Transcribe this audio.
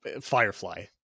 Firefly